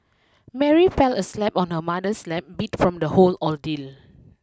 Mary fell asleep on her mother's lap beat from the whole ordeal